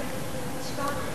ההצעה שלא